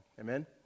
Amen